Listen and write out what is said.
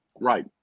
Right